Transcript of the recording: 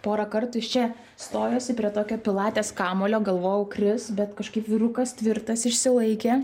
porą kartų jis čia stojosi prie tokio pilates kamuolio galvojau kris bet kažkaip vyrukas tvirtas išsilaikė